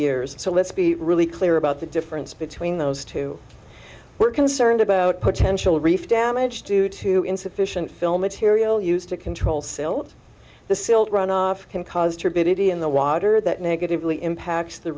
years so let's be really clear about the difference between those two were concerned about potential reef damage due to insufficient fill material used to control silt the silt runoff can caused her body in the water that negatively impacts the